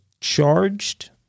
charged